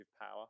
power